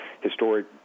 historic